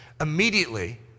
Immediately